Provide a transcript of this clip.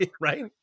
Right